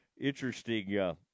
interesting